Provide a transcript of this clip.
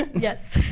yes.